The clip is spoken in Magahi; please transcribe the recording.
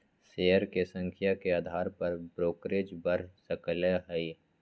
शेयर के संख्या के अधार पर ब्रोकरेज बड़ सकलई ह